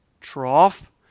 trough